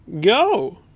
Go